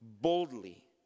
boldly